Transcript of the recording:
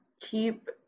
keep